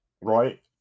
right